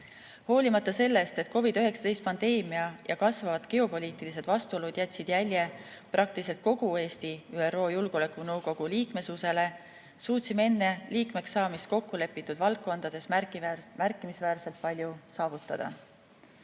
Hoolimata sellest, et COVID‑19 pandeemia ja kasvavad geopoliitilised vastuolud jätsid jälje praktiliselt kogu Eesti ÜRO Julgeolekunõukogu liikmesusele, suutsime enne liikmeks saamist kokku lepitud valdkondades märkimisväärselt palju saavutada.